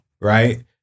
right